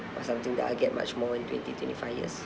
or something that I'll get much more in twenty twenty five years